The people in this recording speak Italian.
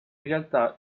realtà